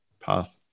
path